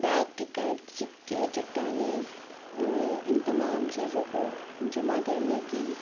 ڈاک ٹکٹ سکے چٹانیں ان تمام چیزوں کو جمع کرنے کی